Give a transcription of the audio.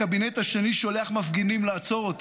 והקבינט השני שולח מפגינים לעצור אותן,